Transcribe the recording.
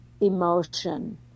emotion